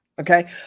okay